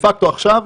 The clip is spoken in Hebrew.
דה-פקטו עכשיו,